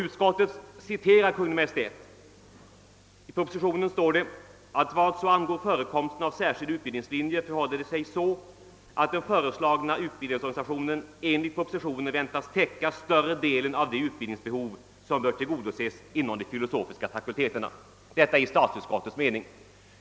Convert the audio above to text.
Utskottet citerar på denna punkt Kungl. Maj:t. I utskottsutlåtandet sägs: »Vad så angår förekomsten av särskild utbildningslinje förhåller det sig så, att den föreslagna utbildningsorganisationen enligt propositionen väntas täcka större delen av de utbildningsbehov, som bör tillgodoses inom de filosofiska fakulteterna.» Detta är alltså statsutskottets mening.